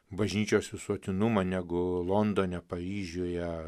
bažnyčios visuotinumą negu londone paryžiuje